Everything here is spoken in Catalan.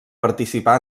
participar